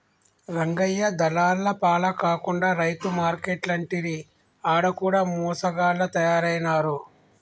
రంగయ్య దళార్ల పాల కాకుండా రైతు మార్కేట్లంటిరి ఆడ కూడ మోసగాళ్ల తయారైనారు